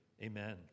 Amen